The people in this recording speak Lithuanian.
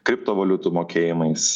kriptovaliutų mokėjimais